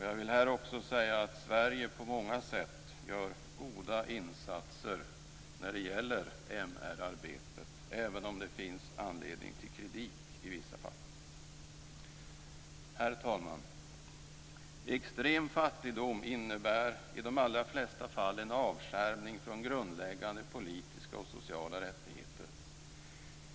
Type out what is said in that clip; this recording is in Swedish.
Jag vill här också säga att Sverige på många sätt gör goda insatser när det gäller MR-arbetet, även om det finns anledning till kritik i vissa fall. Herr talman! Extrem fattigdom innebär i de allra flesta fall en avskärmning från grundläggande politiska och sociala rättigheter.